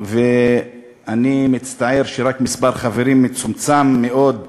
ואני מצטער שרק מספר חברים מצומצם מאוד,